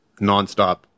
nonstop